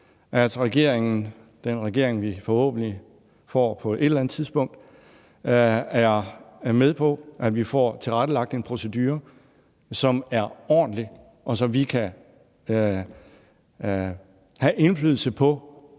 den regering, vi forhåbentlig får på et eller andet tidspunkt – er med på, at vi får tilrettelagt en procedure, som er ordentlig, og som gør, at vi kan have indflydelse på